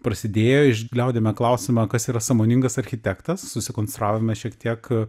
prasidėjo išgliaudėme klausimą kas yra sąmoningas architektas susikonstravome šiek tiek